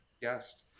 guest